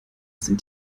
sind